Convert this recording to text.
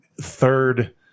third